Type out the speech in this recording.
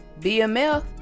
Bmf